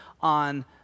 on